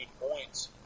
points